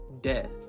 death